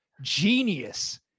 genius